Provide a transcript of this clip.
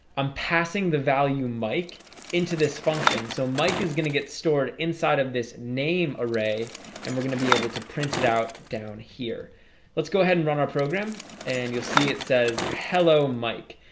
i'm passing the value mike into this function so mike is gonna get stored inside of this name array and we're gonna be able to print it out down here let's go ahead and run our program and you'll see it says hello mike.